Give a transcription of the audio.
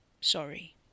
Sorry